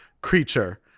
creature